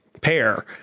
pair